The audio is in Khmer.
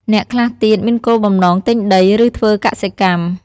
អ្នកខ្លះទៀតមានគោលបំណងទិញដី ឬធ្វើកសិកម្ម។